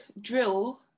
drill